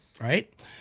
right